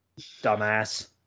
Dumbass